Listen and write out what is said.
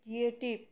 গিয়েটিপ